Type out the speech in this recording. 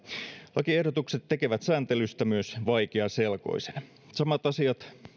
lakiehdotukset tekevät sääntelystä myös vaikeaselkoisen samat asiat